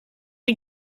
den